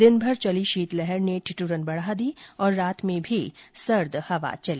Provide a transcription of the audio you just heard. दिनभर चली शीतलहर ने ठिदुरन बढा दी और रात में भी सर्द हवा चली